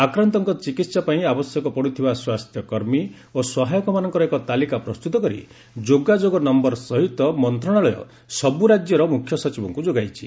ଆକ୍ରାନ୍ତଙ୍କ ଚିକିତ୍ସା ପାଇଁ ଆବଶ୍ୟକ ପଡ଼ୁଥିବା ସ୍ୱାସ୍ଥ୍ୟକର୍ମୀ ଓ ସହାୟକମାନଙ୍କର ଏକ ତାଲିକା ପ୍ରସ୍ତୁତ କରି ଯୋଗାଯୋଗ ନମ୍ଘର ସହିତ ମନ୍ତ୍ରଶାଳୟ ସବୁ ରାଜ୍ୟର ମୁଖ୍ୟ ସଚିବଙ୍କୁ ଯୋଗାଇଛି